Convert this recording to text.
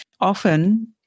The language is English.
often